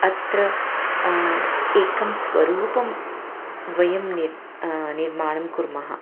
अत्र एकं स्वरूपं वयं निर् निर्माणं कुर्मः